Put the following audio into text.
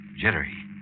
jittery